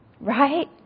Right